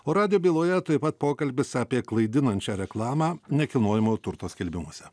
o radijo byloje taip pat pokalbis apie klaidinančią reklamą nekilnojamojo turto skelbimuose